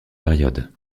période